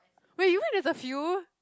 wait you mean there's a few